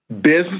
business